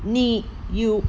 你 you